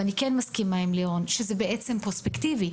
ואני כן מסכימה עם לירון שזה בעצם פרוספקטיבי,